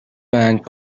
bank